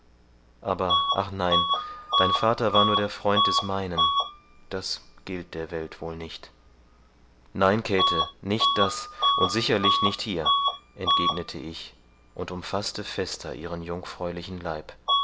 das aber ach nein dein vater war nur der freund des meinen das gilt der welt wohl nicht nein käthe nicht das und sicherlich nicht hier entgegnete ich und umfaßte fester ihren jungfräulichen leib